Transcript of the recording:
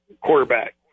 quarterback